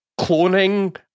cloning